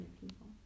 people